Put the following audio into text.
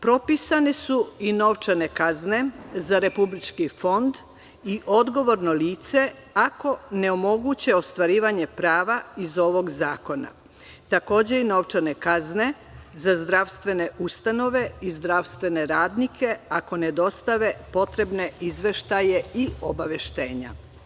Propisane su i novčane kazne za republički fond i odgovorno lice ako ne omoguće ostvarivanje prava iz ovog zakona, takođe i novčane kazne za zdravstvene ustanove i zdravstvene radnike ako ne dostave potrebne izveštaje i obaveštenja.